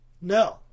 No